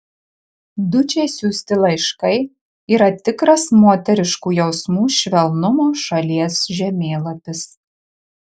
dučei siųsti laiškai yra tikras moteriškų jausmų švelnumo šalies žemėlapis